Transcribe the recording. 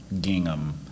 gingham